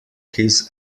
his